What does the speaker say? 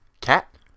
Cat